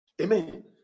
Amen